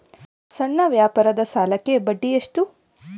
ಸಣ್ಣ ವ್ಯಾಪಾರದ ಸಾಲಕ್ಕೆ ಬಡ್ಡಿ ಎಷ್ಟು?